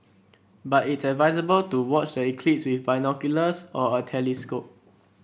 but it's advisable to watch the eclipse with binoculars or a telescope